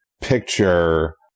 picture